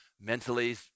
mentally